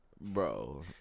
Bro